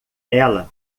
ela